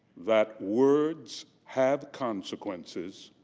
that words have consequences